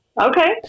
okay